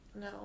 No